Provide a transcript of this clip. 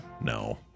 No